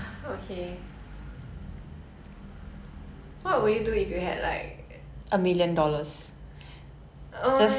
um no okay a million dollars is too broad what if you had ten thousand